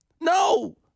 No